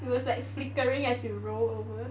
it was like flickering as you roll over